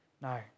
No